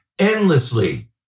endlessly